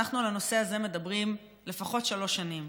אנחנו על הנושא הזה מדברים לפחות שלוש שנים,